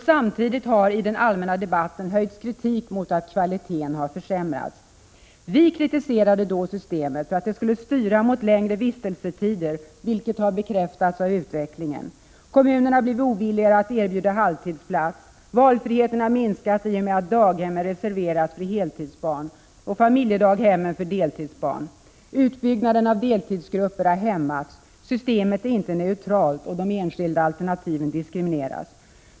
Samtidigt har i den allmänna debatten höjts kritik mot att kvaliteten har försämrats. Vi kritiserade då systemet för att det skulle styra mot längre vistelsetider. Det har också bekräftats av utvecklingen. Kommunerna har blivit ovilligare att erbjuda halvtidsplats på daghem. Valfriheten har minskat i och med att daghemmen reserverats för heltidsbarn och familjedaghemmen för deltidsbarn. Utbyggnaden av deltidsgrupper har hämmats. Systemet är inte neutralt. De enskilda alternativen diskrimineras.